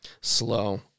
slow